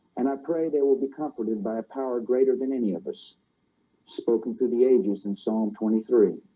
and i pray they will be comforted by a power greater than any of us spoken through the ages in psalm twenty three